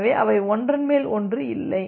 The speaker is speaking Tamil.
எனவே அவை ஒன்றன் மேல் ஒன்று இல்லை